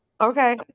Okay